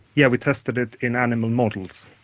yeah we tested it in animal models.